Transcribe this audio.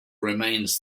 remains